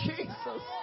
Jesus